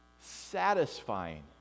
satisfying